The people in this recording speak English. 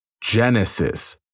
Genesis